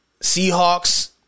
Seahawks